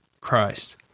Christ